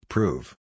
Prove